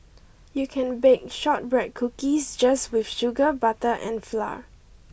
you can bake shortbread cookies just with sugar butter and flour